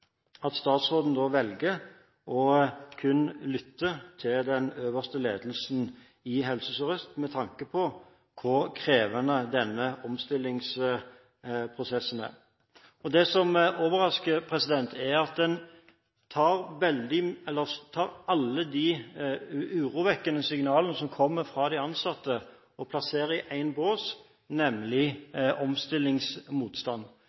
at statsråden da kun velger å lytte til den øverste ledelsen i Helse Sør-Øst, med tanke på hvor krevende denne omstillingsprosessen er. Det som overrasker, er at en tar alle de urovekkende signalene som kommer fra de ansatte, og plasserer dem i én bås, nemlig